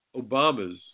Obama's